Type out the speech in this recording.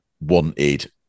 wanted